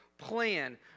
plan